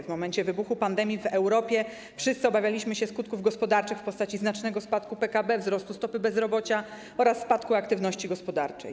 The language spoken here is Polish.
W momencie wybuchu pandemii w Europie wszyscy obawialiśmy się skutków gospodarczych w postaci znacznego spadku PKB, wzrostu stopy bezrobocia oraz spadku aktywności gospodarczej.